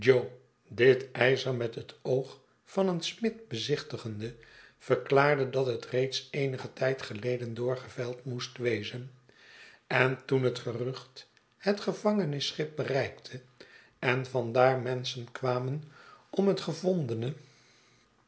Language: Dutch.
dit ijzer met het oog van een smid bezichtigende verklaarde dat het reeds eenigen tijd geleden doorgevijld moest wezen en toen het gerucht het gevangenisschip bereikte en van daar menschen kwamen om het gevondene